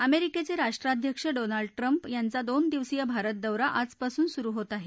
अमेरिकेचे राष्ट्राध्यक्ष Donald Trump यांचा दोन दिवसीय भारत दौरा आजपासून सुरू होत आहे